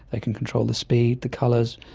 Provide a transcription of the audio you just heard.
they can control the speed, the colours,